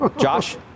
Josh